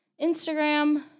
Instagram